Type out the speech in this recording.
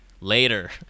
later